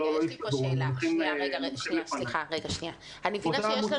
אני מבינה שיש לנו